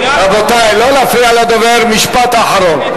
רבותי, לא להפריע לדובר, משפט אחרון.